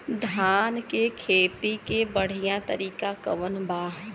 धान के खेती के बढ़ियां तरीका कवन बा?